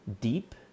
deep